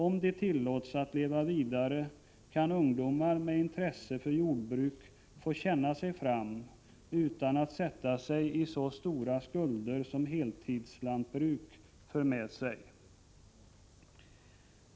Om de tillåts att leva vidare kan ungdomar med intresse för jordbruk få ”känna sig fram” utan att sätta sig i så stora skulder som heltidslantbruk för med sig.